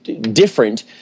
different